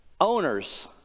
Owners